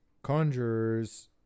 Conjurers